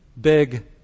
big